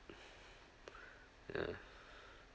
ya